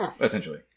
Essentially